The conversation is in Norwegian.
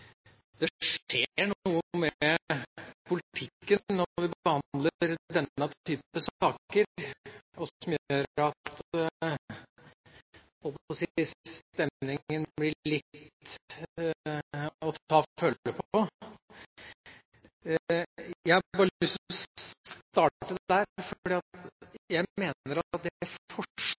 Det skjer noe med politikken når vi behandler denne type saker, som gjør at stemningen blir litt til å ta og føle på. Jeg har bare lyst til å starte der, for jeg mener at